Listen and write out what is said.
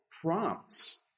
prompts